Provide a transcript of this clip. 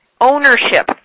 ownership